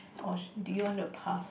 or did you want to pass